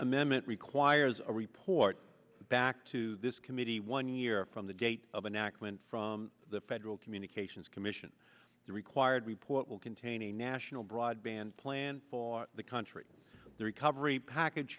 amendment requires a report back to this committee one year from the date of enactment from the federal communications commission the required report will contain a national broadband plan for the country the recovery package